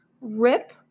rip